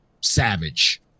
savage